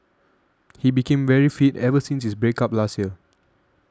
he became very fit ever since his break up last year